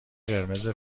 قرمز